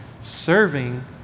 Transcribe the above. Serving